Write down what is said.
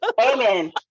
Amen